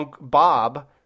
Bob